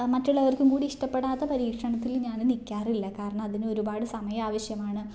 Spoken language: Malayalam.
മറ്റുള്ളവർക്കും കൂടി ഇഷ്ടപ്പെടാത്ത പരീക്ഷണത്തിൽ ഞാൻ നിൽക്കാറില്ല കാരണം അതിന് ഒരുപാട് സമയം ആവശ്യമാണ്